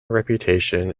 reputation